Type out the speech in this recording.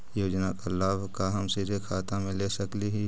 योजना का लाभ का हम सीधे खाता में ले सकली ही?